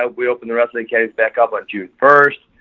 ah we opened the rest of the case back up on june first.